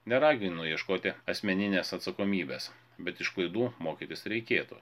neraginu ieškoti asmeninės atsakomybės bet iš klaidų mokytis reikėtų